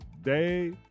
day